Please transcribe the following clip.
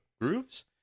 grooves